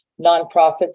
nonprofits